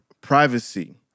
privacy